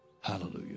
Hallelujah